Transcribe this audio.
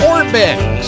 Orbex